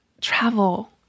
travel